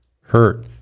hurt